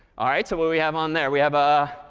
all right. so what do we have on there? we have ah